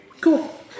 Cool